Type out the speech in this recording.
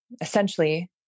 Essentially